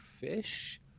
Fish